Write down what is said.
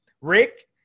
Rick